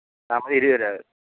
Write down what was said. താമര ഇരുപത് രൂപ വരും